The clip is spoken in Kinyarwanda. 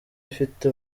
ifite